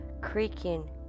Creaking